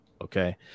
okay